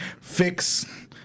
fix